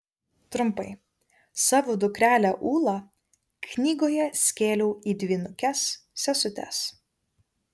trumpai savo dukrelę ūlą knygoje skėliau į dvynukes sesutes